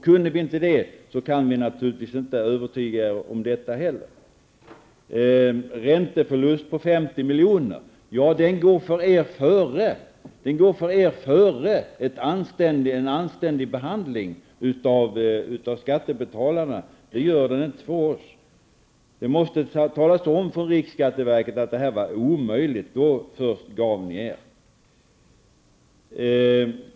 Kunde vi inte det, kan vi naturligtvis inte övertyga er om detta heller. Här talades det om en ränteförlust på 50 milj.kr. Ja, det går för er före en anständig behandling av skattebetalarna. Det gör det inte för oss. Först när riksskatteverket talat om att det här var omöjligt gav ni er.